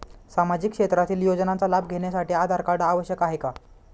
सामाजिक क्षेत्रातील योजनांचा लाभ घेण्यासाठी आधार कार्ड आवश्यक आहे का?